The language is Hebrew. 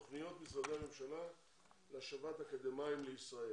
הנושא על סדר היום הוא תוכניות משרדי הממשלה להשבת אקדמאים לישראל.